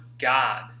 God